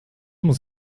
muss